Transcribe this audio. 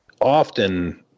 often